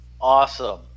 Awesome